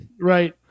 Right